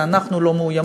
זה: אנחנו לא מאוימים,